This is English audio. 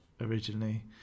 originally